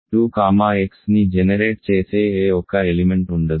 2 comma Xని generate చేసే ఏ ఒక్క ఎలిమెంట్ ఉండదు